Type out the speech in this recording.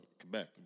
Quebec